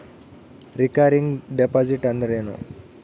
Recurring deposit ಅಂದರೇನು?